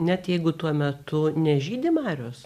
net jeigu tuo metu nežydi marios